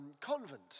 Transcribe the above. convent